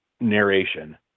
narration